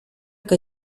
que